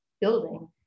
building